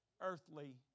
earthly